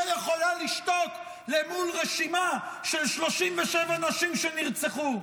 יכולה לשתוק מול רשימה של 37 נשים שנרצחו.